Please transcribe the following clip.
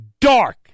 dark